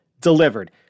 delivered